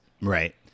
Right